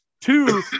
two